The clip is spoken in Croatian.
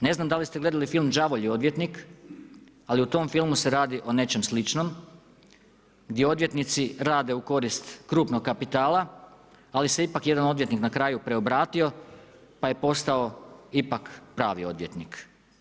Ne znam da li ste gledali film „Đavolji odvjetnik“, ali u tom filmu se radi o nečem sličnom gdje odvjetnici rade u korist krupnog kapitala, ali se ipak jedan odvjetnik na kraju preobratio pa je postao ipak pravi odvjetnik.